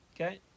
Okay